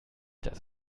das